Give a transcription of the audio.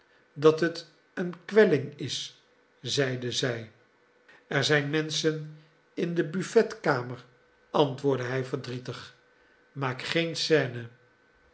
dat het een kwelling is zeide zij er zijn menschen in de buffetkamer antwoordde hij verdrietig maak geen scène